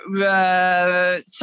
Sorry